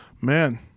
Man